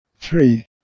three